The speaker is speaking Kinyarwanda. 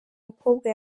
mukobwa